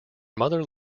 mother